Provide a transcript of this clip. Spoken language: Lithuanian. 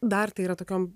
dar tai yra tokiom